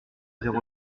zéro